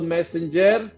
Messenger